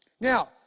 Now